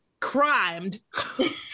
crimed